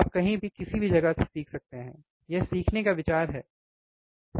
आप कहीं भी किसी भी जगह से सीख सकते हैं यह सीखने का विचार है सही है